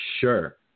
sure